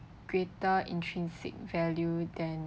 greater intrinsic value than